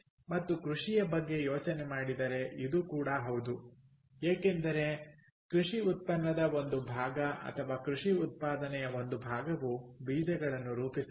ಮತ್ತು ಕೃಷಿಯ ಬಗ್ಗೆ ಯೋಚನೆ ಮಾಡಿದರೆಇದು ಕೂಡ ಹೌದು ಏಕೆಂದರೆ ಕೃಷಿ ಉತ್ಪನ್ನದ ಒಂದು ಭಾಗ ಅಥವಾ ಕೃಷಿ ಉತ್ಪಾದನೆಯ ಒಂದು ಭಾಗವು ಬೀಜಗಳನ್ನು ರೂಪಿಸುತ್ತದೆ